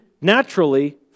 naturally